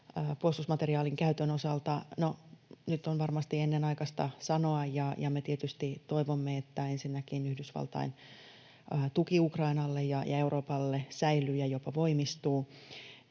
puolustusmateriaalin käytön osalta: No, nyt on varmasti ennenaikaista sanoa. Me tietysti toivomme, että ensinnäkin Yhdysvaltain tuki Ukrainalle ja Euroopalle säilyy ja jopa voimistuu.